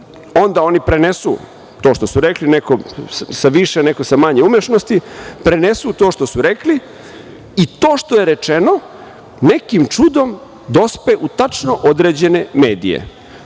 onda oni prenesu to što su rekli, neko sa više, neko sa manje umešnosti, prenesu to što su rekli i to što je rečeno nekim čudom dospe u tačno određene medije. Tu